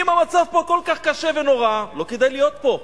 אם המצב פה כל כך קשה ונורא, לא כדאי להיות פה.